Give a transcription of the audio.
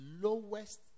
lowest